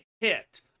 hit